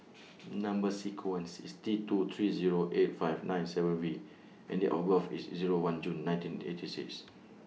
Number sequence IS T two three Zero eight five nine seven V and Date of birth IS one June nineteen eighty six